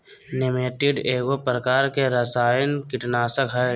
निमेंटीड एगो प्रकार के रासायनिक कीटनाशक हइ